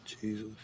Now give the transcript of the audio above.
Jesus